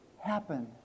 happen